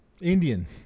indian